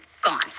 Gone